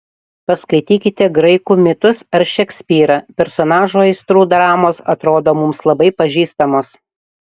paskaitykite graikų mitus ar šekspyrą personažų aistrų dramos atrodo mums labai pažįstamos